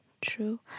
True